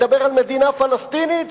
מדבר על מדינה פלסטינית,